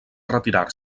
retirar